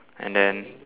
and then